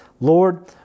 Lord